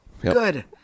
Good